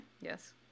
Yes